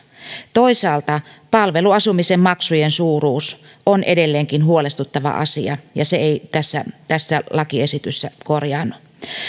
toisaalta palveluasumisen maksujen suuruus on edelleenkin huolestuttava asia ja se ei tässä tässä lakiesityksessä korjaannu